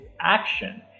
action